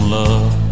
love